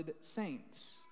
saints